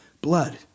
blood